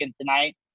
tonight